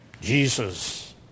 Jesus